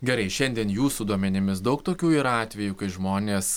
gerai šiandien jūsų duomenimis daug tokių yra atvejų kai žmonės